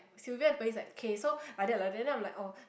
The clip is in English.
Sylvia and Pearlyn is like okay so like that like that then I'm like oh